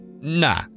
nah